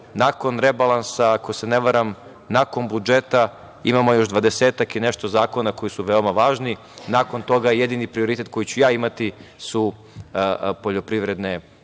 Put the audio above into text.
nakon rebalansa, ako se ne varam, nakon budžeta imamo još dvadesetak i nešto zakona koji su veoma važni. Nakon toga jedini prioritet koji ću ja imati su poljoprivredne penzije,